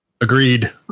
Agreed